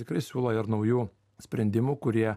tikrai siūlo ir naujų sprendimų kurie